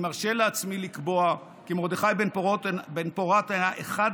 אני מרשה לעצמי לקבוע כי מרדכי בן-פורת היה אחד